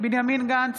בנימין גנץ,